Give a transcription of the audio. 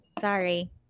Sorry